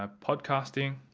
um podcasting,